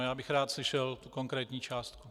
Já bych rád slyšel konkrétní částku.